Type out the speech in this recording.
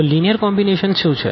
તો linear combination શુ છે